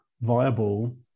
viable